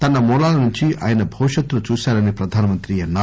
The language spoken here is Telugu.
తన మూలాల నుంచి ఆయన భవిష్యత్ ను చూశారని ప్రధానమంత్రి అన్నారు